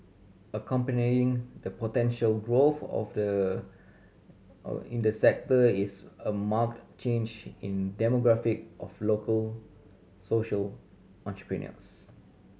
accompanying the potential growth of the in the sector is a marked change in demographic of local social entrepreneurs